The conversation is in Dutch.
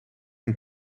een